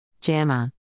JAMA